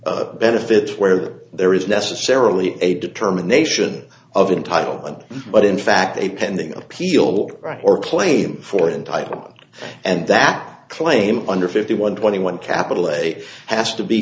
not benefits where there is necessarily a determination of entitlement but in fact a pending appeal right or plain for entitlement and that claim under fifty one twenty one capital a has to be